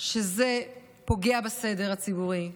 שזה פוגע בסדר הציבורי,